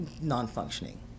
non-functioning